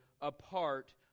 apart